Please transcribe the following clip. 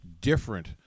different